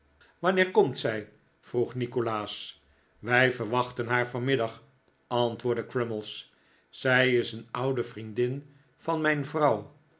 wanneer komt zij vroeg nikolaas wij verwachten haar vandaag antwoordde crummies zij is een oude vriendin van mijn vrouw